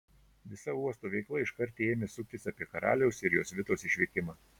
visa uosto veikla iškart ėmė suktis apie karaliaus ir jo svitos išvykimą